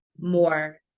more